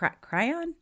crayon